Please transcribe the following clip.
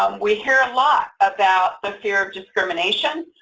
um we hear a lot about the fear of discrimination,